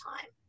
time